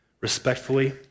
respectfully